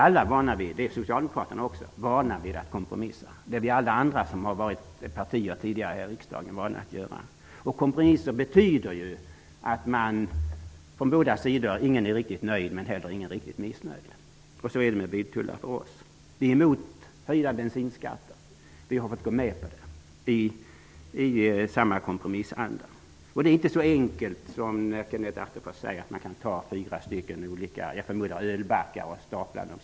Alla partier här i riksdagen är vana vid att kompromissa, Socialdemokraterna också. Kompromisser betyder ju att man från båda sidor inte är riktigt nöjd, men inte heller riktigt missnöjd. Så är det för oss med biltullar. Vi är emot höjda bensinskatter, men vi har fått gå med på det i samma kompromissanda. Det är inte så enkelt som Kenneth Attefors säger, att man kan ta fyra stycken ölbackar och stapla dem.